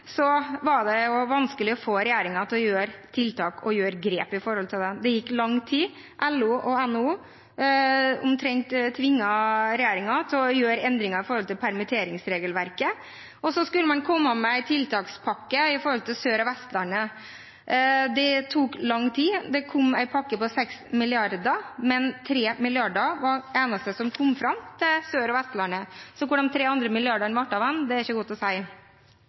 var det vanskelig å få regjeringen til å sette inn tiltak og ta grep. Det gikk lang tid. LO og NHO omtrent tvang regjeringen til å gjøre endringer i permitteringsregelverket, og så skulle man komme med en tiltakspakke for Sør- og Vestlandet. Det tok lang tid. Det kom en pakke på 6 mrd. kr, men 3 mrd. kr var det eneste som kom fram til Sør- og Vestlandet. Hvor de andre 3 mrd. kr ble av, er ikke godt å